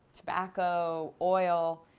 tobacco, oil.